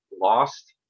lost